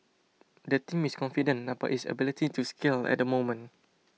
the team is confident about its ability to scale at moment